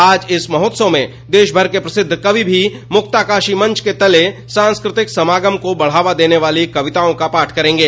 आज इस महोत्सव में देशभर के प्रसिद्ध कवि भी मुक्ताकाशी मंच के तले सांस्कृतिक समागम को बढ़ावा देने वाली कविताओं का पाठ करेंगे